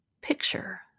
Picture